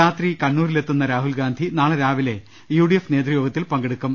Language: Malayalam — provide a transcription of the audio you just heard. രാത്രി കണ്ണൂരിലെത്തുന്ന രാഹുൽ ഗാന്ധി നാളെ രാവിലെ യുഡി എഫ് നേതൃയോഗത്തിൽ പങ്കെടുക്കും